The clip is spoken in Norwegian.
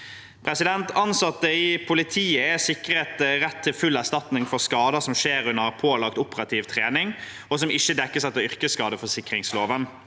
Ansatte i politiet er sikret rett til full erstatning for skader som skjer under pålagt operativ trening, og som ikke dekkes etter yrkesskadeforsikringsloven.